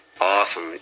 awesome